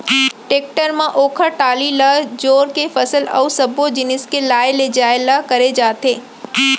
tractor म ओकर trolley ल जोर के फसल अउ सब्बो जिनिस के लाय लेजाय ल करे जाथे